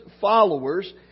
followers